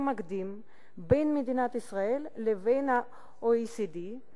מקדים בין מדינת ישראל לבין ה-OECD,